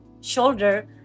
shoulder